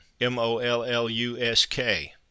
M-O-L-L-U-S-K